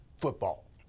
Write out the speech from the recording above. football